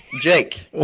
Jake